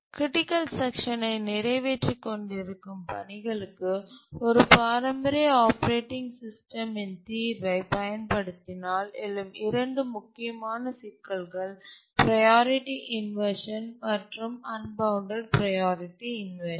critical section யை நிறைவேற்றிக் கொண்டிருக்கும் பணிகளுக்கு ஒரு பாரம்பரிய ஆப்பரேட்டிங் சிஸ்டமின் தீர்வை பயன்படுத்தினால் எழும் இரண்டு முக்கியமான சிக்கல்கள் ப்ரையாரிட்டி இன்வர்ஷன் மற்றும் அன்பவுண்டட் ப்ரையாரிட்டி இன்வர்ஷன்